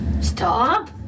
Stop